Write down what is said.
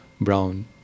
brown